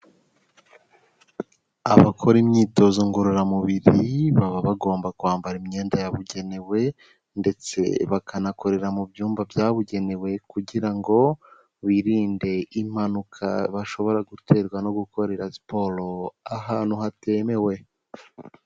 Abakora imyitozo ngororamubiri baba bagomba kwambara imyenda yabugenewe ndetse bakanakorera mu byumba byabugenewe kugira ngo birinde impanuka bashobora guterwa no gukorera siporo ahantu hatemewe.